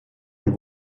und